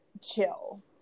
chill